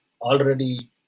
already